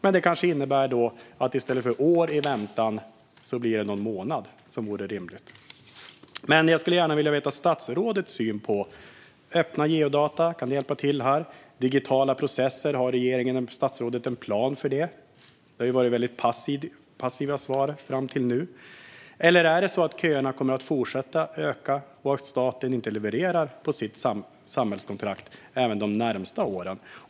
Men det kanske också skulle innebära att år av väntan i stället blir till någon månad, vilket vore rimligt. Jag skulle gärna vilja få statsrådets syn på öppna geodata. Kan de hjälpa till här? Har regeringen och statsrådet en plan för digitala processer? Det har varit passiva svar fram till nu. Eller är det på det sättet att köerna kommer att fortsätta öka och att staten inte heller de närmaste åren kommer att leverera sin del av samhällskontraktet?